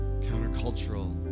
countercultural